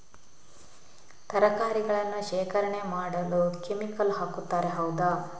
ತರಕಾರಿಗಳನ್ನು ಶೇಖರಣೆ ಮಾಡಲು ಕೆಮಿಕಲ್ ಹಾಕುತಾರೆ ಹೌದ?